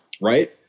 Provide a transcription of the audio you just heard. Right